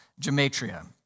gematria